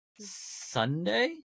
Sunday